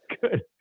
good